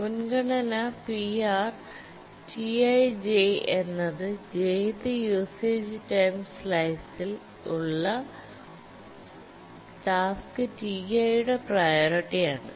മുൻഗണന Pr Ti jഎന്നത് jth usage time സ്ലൈസിൽ ഉള്ള ടാസ്ക് Ti യുടെ പ്രിയോറിറ്റി ആണ്